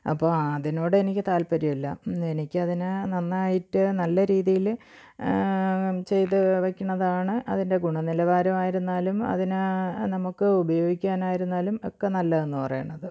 അപ്പോള് അതിനോടെനിക്ക് താൽപ്പര്യമില്ല എനിക്കതിനെ നന്നായിട്ട് നല്ല രീതിയില് ചെയ്തുവയ്ക്കണതാണ് അതിൻ്റെ ഗുണനിലവാരം ആയിരുന്നാലും അതിനെ നമുക്ക് ഉപയോഗിക്കാനായിരുന്നാലും ഒക്കെ നല്ലതെന്ന് പറയണത്